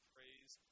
Praise